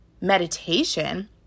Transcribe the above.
meditation